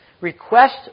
Request